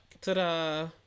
Ta-da